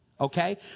okay